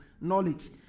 knowledge